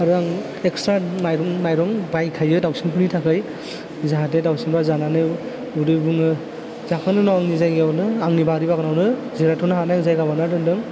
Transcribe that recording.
आरो आं एक्सट्रा माइरं बायखायो दावसेनफोरनि थाखै जाहाते दावसिनफ्रा जानानै उदै बुङो जाखांनायनि उनाव आंनि जायगायावनो आंनि बारि बागानावनो जिरायथ'नो हानाय आं जायगा बानायना दोनदों